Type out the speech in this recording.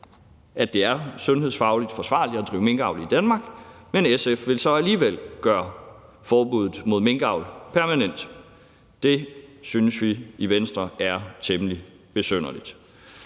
at det er sundhedsfagligt forsvarligt at drive minkavl i Danmark, men SF vil så alligevel gøre forbuddet mod minkavl permanent. Det synes vi i Venstre er temmelig besynderligt.